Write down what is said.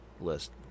list